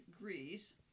Greece